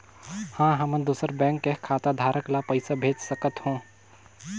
का हमन दूसर बैंक के खाताधरक ल पइसा भेज सकथ हों?